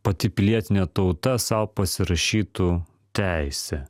pati pilietinė tauta sau pasirašytų teisę